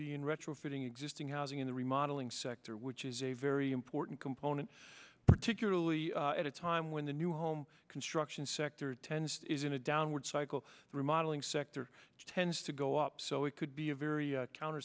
be in retrofitting existing housing in the remodeling sector which is a very important component particularly at a time when the new home construction sector tends is in a downward cycle remodeling sector tends to go up so it could be a very counter